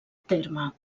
terme